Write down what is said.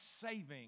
saving